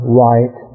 right